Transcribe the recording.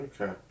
Okay